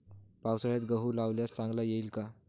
पावसाळ्यात गहू लावल्यास चांगला येईल का?